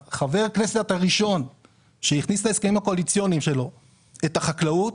הכנסת הראשון שהכניס להסכמים הקואליציוניים שלו את החקלאות